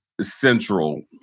Central